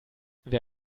wer